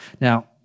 Now